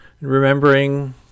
remembering